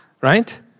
right